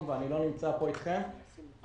ולכן לא שמעתי את התגובה האחרונה,